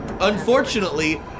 Unfortunately